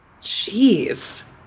Jeez